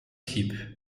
schip